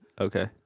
Okay